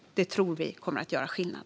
Detta tror vi kommer att göra skillnad.